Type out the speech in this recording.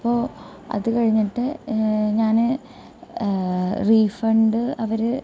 അപ്പോൾ അതുകഴിഞ്ഞിട്ട് ഞാന് റീഫണ്ട് അവര്